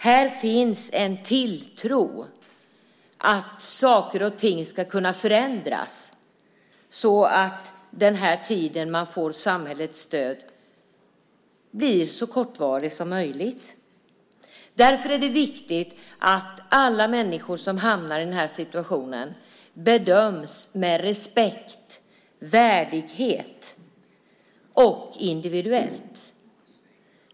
Här finns en tilltro att saker och ting ska kunna förändras, så att den tid då man får samhällets stöd blir så kortvarig som möjligt. Därför är det viktigt att alla människor som hamnar i den här situationen bedöms med respekt och värdighet och att de bedöms individuellt.